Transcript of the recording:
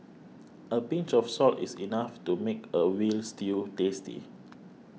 a pinch of salt is enough to make a Veal Stew tasty